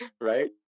right